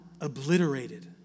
obliterated